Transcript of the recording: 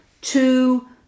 two